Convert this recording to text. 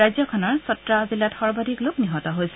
ৰাজ্যখনৰ ছত্ৰা জিলাত সৰ্বাধিক লোক নিহত হৈছে